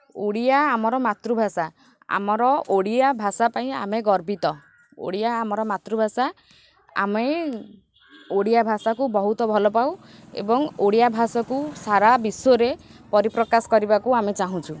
ଓଡ଼ିଆ ଆମର ମାତୃଭାଷା ଆମର ଓଡ଼ିଆ ଭାଷା ପାଇଁ ଆମେ ଗର୍ବିତ ଓଡ଼ିଆ ଆମର ମାତୃଭାଷା ଆମେ ଓଡ଼ିଆ ଭାଷାକୁ ବହୁତ ଭଲପାଉ ଏବଂ ଓଡ଼ିଆ ଭାଷାକୁ ସାରା ବିଶ୍ୱରେ ପରିପ୍ରକାଶ କରିବାକୁ ଆମେ ଚାହୁଁଛୁ